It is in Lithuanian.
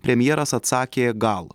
premjeras atsakė gal